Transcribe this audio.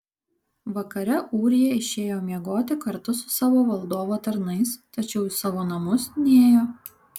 vakare ūrija išėjo miegoti kartu su savo valdovo tarnais tačiau į savo namus nėjo